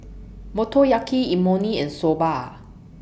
Motoyaki Imoni and Soba